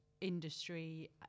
industry